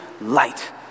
light